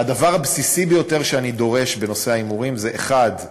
הדבר הבסיסי ביותר שאני דורש בנושא ההימורים הוא אחד: